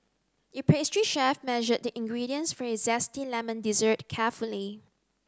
the pastry chef measured the ingredients for a zesty lemon dessert carefully